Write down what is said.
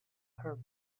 her